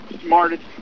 smartest